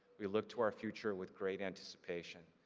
we look to our future with great anticipation.